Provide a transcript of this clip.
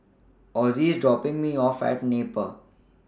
Osie IS dropping Me off At Napier